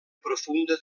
profunda